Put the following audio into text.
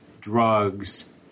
drugs